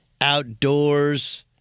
outdoors